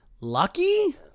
lucky